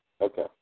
Okay